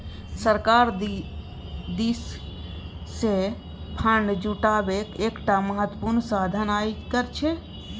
सरकार दिससँ फंड जुटेबाक एकटा महत्वपूर्ण साधन आयकर छै